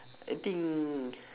I think